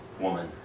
Woman